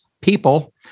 people